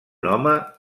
home